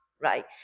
right